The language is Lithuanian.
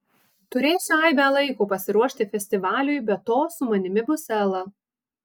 turėsiu aibę laiko pasiruošti festivaliui be to su manimi bus ela